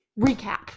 recap